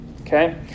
Okay